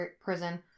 prison